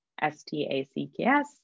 S-T-A-C-K-S